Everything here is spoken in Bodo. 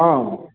औ